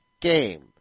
game